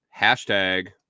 hashtag